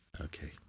Okay